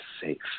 safe